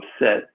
upset